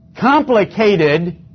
complicated